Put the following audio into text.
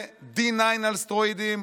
זה D9 על סטרואידים,